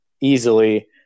easily